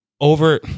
over